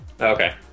Okay